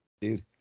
Dude